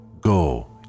Go